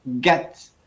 get